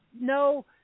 no